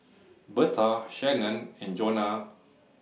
Berta Shannen and Johnna